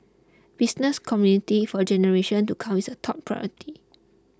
business continuity for generations to come is a top priority